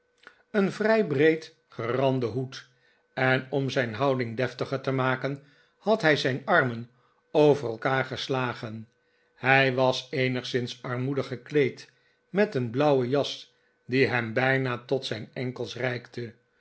een vrij breed geranden hoed en om zijn houding deftiger te maken had hij zijn armen over elkaar gestagen hij was eenigszins armoedig gekleed met een blauwe jas r die hem bijna tot zijn enkels reikte